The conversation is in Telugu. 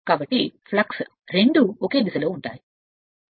కాబట్టి ఫ్లక్స్ రెండూ ఒకే దిశలో ఉంటాయి మరియు ఇది ఒకటి